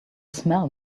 smell